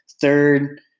Third